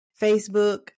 Facebook